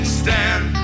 stand